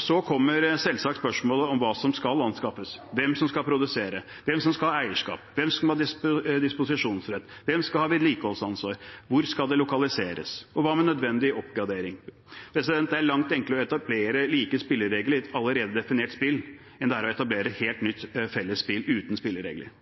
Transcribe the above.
Så kommer selvsagt spørsmålet om hva som skal anskaffes, hvem som skal produsere, hvem som skal ha eierskap, hvem som skal ha disposisjonsrett, hvem som skal ha vedlikeholdsansvar, og hvor det skal lokaliseres. Og hva med nødvendig oppgradering? Det er langt enklere å etablere like spilleregler i et allerede definert spill enn det er å etablere et helt nytt felles spill uten spilleregler.